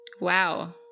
Wow